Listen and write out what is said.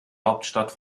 hauptstadt